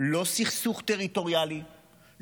לא סכסוך טריטוריאלי,